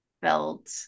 felt